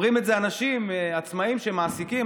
אומרים את זה אנשים עצמאים שמעסיקים,